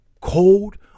cold